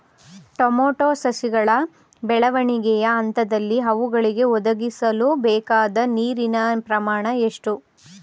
Tomato ಸಸಿಗಳ ಬೆಳವಣಿಗೆಯ ಹಂತದಲ್ಲಿ ಅವುಗಳಿಗೆ ಒದಗಿಸಲುಬೇಕಾದ ನೀರಿನ ಪ್ರಮಾಣ ಎಷ್ಟು?